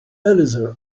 elixir